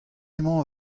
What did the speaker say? emañ